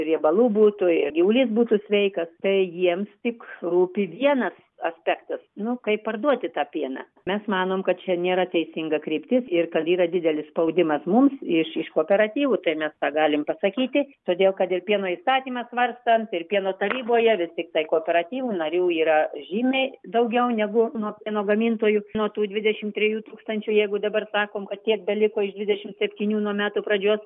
riebalų būtų ir gyvulys būtų sveikas tai jiems tik rūpi vienas aspektas nu kaip parduoti tą pieną mes manom kad čia nėra teisinga kryptis ir kad yra didelis spaudimas mums iš iš kooperatyvų tai mes tą galim pasakyti todėl kad ir pieno įstatymą svarstant ir pieno taryboje vis tiktai kooperatyvų narių yra žymiai daugiau negu nuo pieno gamintojų nuo tų dvidešimt trijų tūkstančių jeigu dabar sakom kad tiek beliko iš dvidešimt septynių nuo metų pradžios